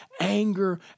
Anger